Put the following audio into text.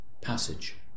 passage